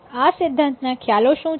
આ સિદ્ધાંત ના ખ્યાલો શું છે